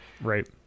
Right